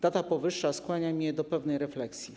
Data powyższa skłania mnie do pewnej refleksji.